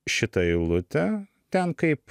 šitą eilutę ten kaip